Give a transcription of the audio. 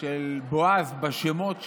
של בועז בשמות שלנו,